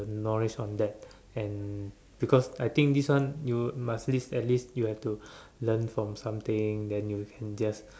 knowledge on that and because I think this one you must list at least you have to learn from something then you can just